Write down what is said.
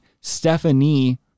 Stephanie